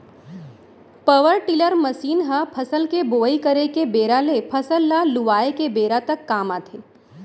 power tiller machine ह फसल के बोवई करे के बेरा ले फसल ल लुवाय के बेरा तक काम आथे